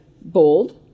bold